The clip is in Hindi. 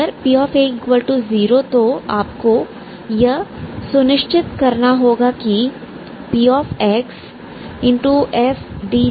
अगर p0 तो आपको यह सुनिश्चित करना होगा कि pxfdgdx gdfdx